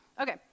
Okay